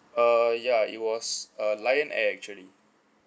uh ya it was uh lion air actually